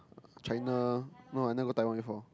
China no I never go Taiwan before